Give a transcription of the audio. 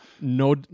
no